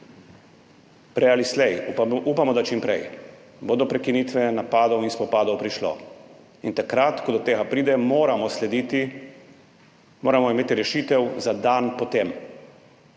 prej ali slej, upamo da čim prej, bo do prekinitve napadov in spopadov prišlo. In takrat, ko do tega pride, moramo imeti rešitev za dan po tem.